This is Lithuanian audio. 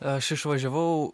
aš išvažiavau